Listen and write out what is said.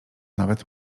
nawet